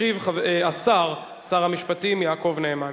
ישיב השר, שר המשפטים יעקב נאמן.